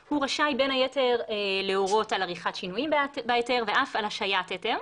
נכחו: מיקי חיימוביץ'